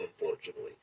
unfortunately